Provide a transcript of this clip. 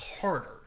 harder